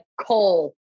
coal